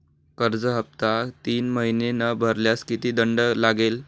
कर्ज हफ्ता तीन महिने न भरल्यास किती दंड लागेल?